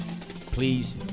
Please